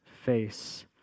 face